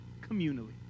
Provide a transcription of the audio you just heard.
communally